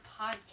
podcast